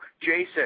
Jason